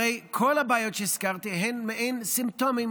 הרי כל הבעיות שהזכרתי הן מעין סימפטומים